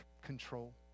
control